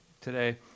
today